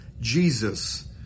Jesus